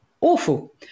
awful